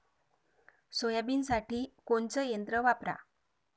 सोयाबीनसाठी कोनचं यंत्र वापरा?